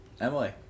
Emily